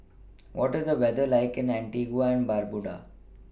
What IS The weather like in Antigua and Barbuda